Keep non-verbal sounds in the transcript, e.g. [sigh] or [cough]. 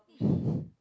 [breath]